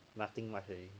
nothing much already